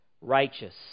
righteous